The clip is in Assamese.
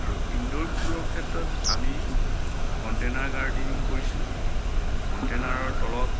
আৰু ইণ্ড'ৰ ফুলৰ ক্ষেত্ৰত আমি কণ্টেইনাৰ গাৰ্ডেনিং কৰিছো কণ্টেইনাৰৰ তলত